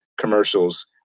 commercials